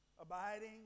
abiding